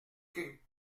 que